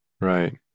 right